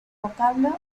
vocablo